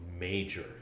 major